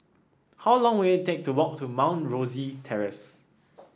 how long will it take to walk to Mount Rosie Terrace